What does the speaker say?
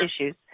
issues